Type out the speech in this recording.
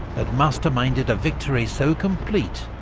had masterminded a victory so complete,